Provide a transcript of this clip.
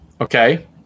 okay